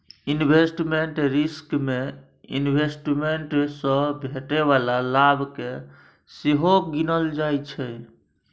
investment risk मे investment सँ भेटै बला लाभ केँ सेहो गिनल जाइ छै